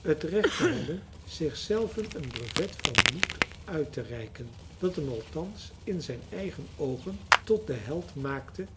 het recht te hebben zich zelven een brevet van moed uittereiken dat hem althans in zijn eigen oogen tot den held maakte